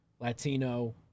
Latino